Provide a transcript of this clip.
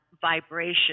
vibration